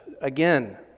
Again